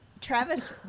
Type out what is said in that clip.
Travis